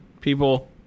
people